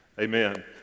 Amen